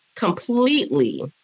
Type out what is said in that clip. completely